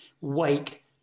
wake